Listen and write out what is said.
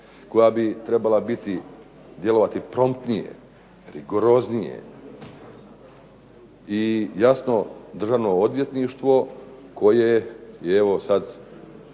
Koja bi trebala djelovati promptnije, rigoroznije i jasno Državno odvjetništvo koje je evo sad